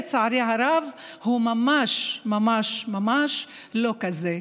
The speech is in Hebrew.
לצערי הרב, הוא ממש ממש לא כזה.